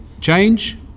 change